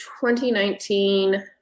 2019